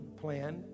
plan